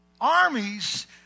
armies